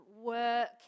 work